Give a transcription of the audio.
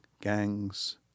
gangs